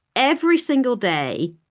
every single day,